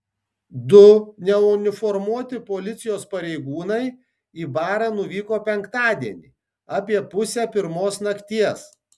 du neuniformuoti policijos pareigūnai į barą nuvyko penktadienį apie pusę pirmos nakties